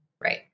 Right